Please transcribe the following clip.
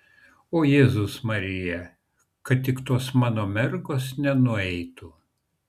o jėzus marija kad tik tos mano mergos nenueitų